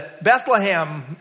Bethlehem